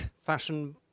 fashion